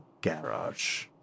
garage